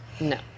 No